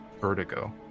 vertigo